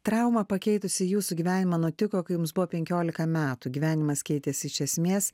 trauma pakeitusi jūsų gyvenimą nutiko kai jums buvo penkiolika metų gyvenimas keitėsi iš esmės